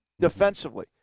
defensively